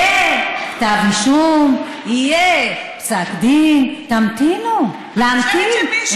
יהיה כתב אישום, יהיה פסק דין, תמתינו, להמתין.